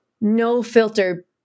no-filter